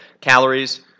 calories